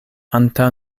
antaŭ